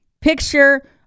picture